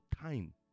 time